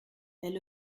elle